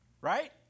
Right